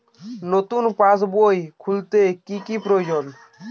নতুন পাশবই খুলতে কি কি প্রয়োজন?